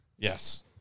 yes